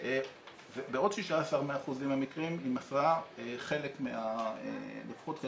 בעוד 16% מהמקרים היא מסרה חלק מהדוחות,